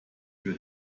für